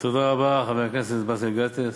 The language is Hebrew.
תודה רבה, חבר הכנסת באסל גטאס.